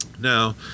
Now